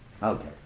Okay